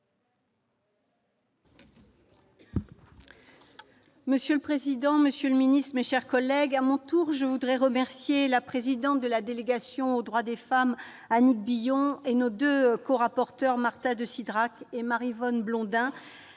Monsieur le président, monsieur le secrétaire d'État, mes chers collègues, à mon tour, je voudrais remercier la présidente de la délégation aux droits des femmes, Annick Billon, et nos deux corapporteures, Marta de Cidrac et Maryvonne Blondin,